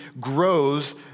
grows